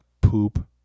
poop